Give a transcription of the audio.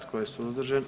Tko je suzdržan?